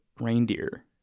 reindeer